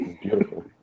Beautiful